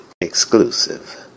exclusive